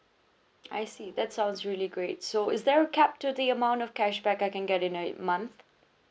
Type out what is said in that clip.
I see that sounds really great so is there a cap to the amount of cashback I can get in a month